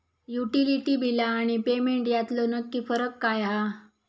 Utility बिला आणि payment यातलो नक्की फरक काय हा?